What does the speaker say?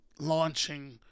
launching